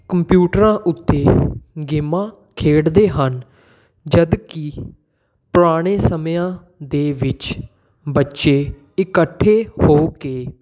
ਕੰਪਿਊਟਰਾਂ ਉੱਤੇ ਗੇਮਾਂ ਖੇਡਦੇ ਹਨ ਜਦਕਿ ਪੁਰਾਣੇ ਸਮਿਆਂ ਦੇ ਵਿੱਚ ਬੱਚੇ ਇਕੱਠੇ ਹੋ ਕੇ